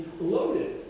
loaded